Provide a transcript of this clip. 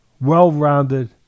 well-rounded